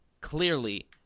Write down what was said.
clearly